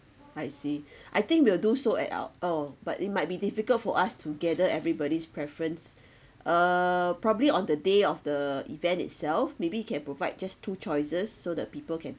I see I think we'll do so at our oh but it might be difficult for us to gather everybody's preference uh probably on the day of the event itself maybe you can provide just two choices so the people can